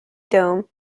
dome